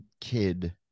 kid